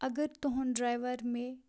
اگر تُہُنٛد ڈرایوَر مےٚ